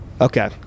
Okay